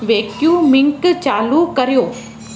vacuuming चालू करियो